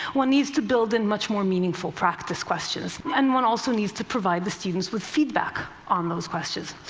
one needs to build in much more meaningful practice questions, and one also needs to provide the students with feedback on those questions.